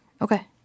Okay